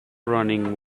running